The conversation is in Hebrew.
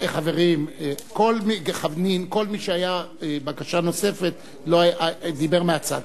חברים, כל מי שהיה בבקשה נוספת דיבר מהצד.